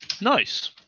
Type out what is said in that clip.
Nice